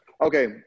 Okay